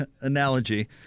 analogy